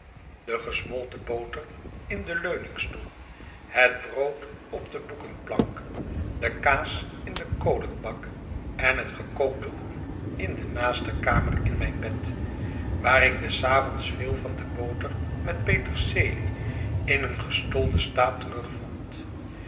de gesmolten boter in den leuningstoel het brood op de boekenplank de kaas in den kolenbak en het gekookte hoen in de naaste kamer in mijn bed waar ik des avonds veel van de boter met pieterselie in een gestolden staat